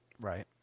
Right